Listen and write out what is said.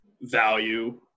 value